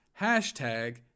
Hashtag